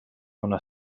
una